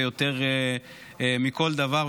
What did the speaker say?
יותר מכל דבר,